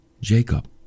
Jacob